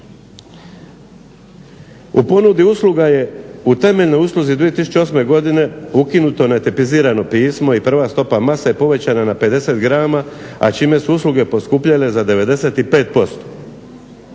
U ponudi usluga je u temeljnoj usluzi 2008. godine ukinuto netipizirano pismo i prva stopa mase povećana na 50 grama, a čime su usluge poskupjele za 95%.